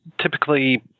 typically